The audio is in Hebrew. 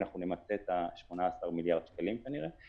אנחנו נמצה את ה-18 מיליארד שקלים כנראה,